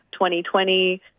2020